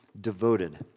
devoted